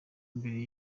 mbere